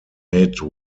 made